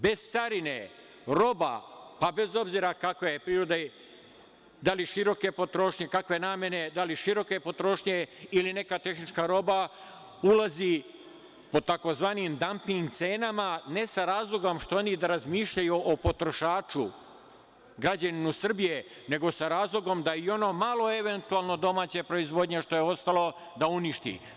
Bez carine roba, pa bez obzira kakve je prirode, da li široke potrošnje, kakve namene ili neka tehnička roba ulazi pod tzv. damping cenama, ne sa razlogom što oni da razmišljaju o potrošaču građaninu Srbije, nego sa razlogom da i ono malo eventualno domaće proizvodnje što je ostalo da uništi.